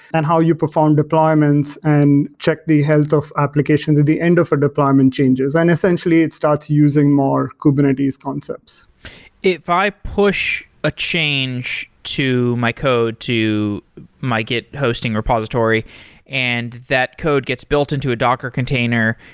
and how you perform deployments and check the health of applications at the end of a deployment changes. and essentially, it starts using more kubernetes concepts if i push a change to my code to my git hosting repository and that code gets built into a docker container,